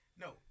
No